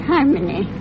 Harmony